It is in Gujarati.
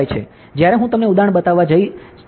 જ્યારે હું તમને ઉદાહરણ બતાવા જઈશ ત્યારે તમને કહીશ